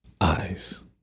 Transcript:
eyes